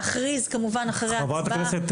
מילה אחת.